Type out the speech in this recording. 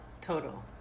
total